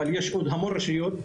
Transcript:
אבל יש עוד המון רשויות.